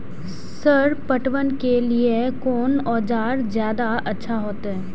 Sir पटवन के लीऐ कोन औजार ज्यादा अच्छा होते?